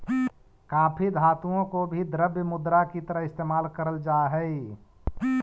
काफी धातुओं को भी द्रव्य मुद्रा की तरह इस्तेमाल करल जा हई